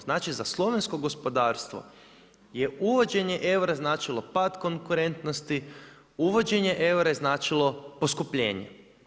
Znači za slovensko gospodarstvo je uvođenje eura značilo pad konkurentnosti, uvođenje eura je značilo poskupljenje.